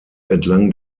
entlang